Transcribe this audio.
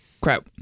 Crap